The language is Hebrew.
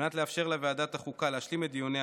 על מנת לאפשר לוועדת החוקה להשלים את דיוניה